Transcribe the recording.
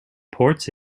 ports